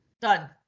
Done